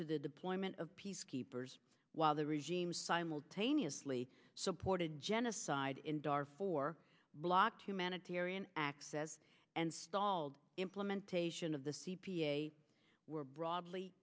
to the deployment of peacekeepers while the regime simultaneously supported genocide in darfur blocked humanitarian access and stalled implementation of the c p a were broadly